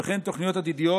ועל תוכניות עתידיות,